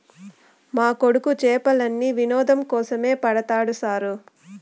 మా కొడుకు చేపలను వినోదం కోసమే పడతాడు సారూ